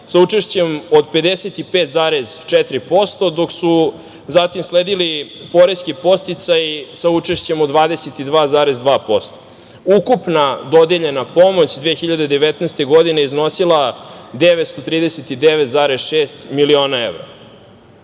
sa učešćem od 55,4%, dok su zatim sledili poreski podsticaji sa učešćem od 22,2%. Ukupna dodeljena pomoć 2019. godine iznosila je 939,6 miliona evra. Jako